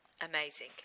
Amazing